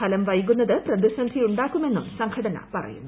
ഫലം വൈകുന്നത് പ്രതിസന്ധിയുണ്ടാകുമെന്നും സംഘടന പറയുന്നു